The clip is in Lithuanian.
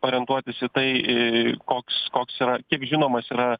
orientuotis į tai koks koks yra kiek žinomas yra